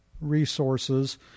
resources